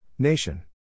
Nation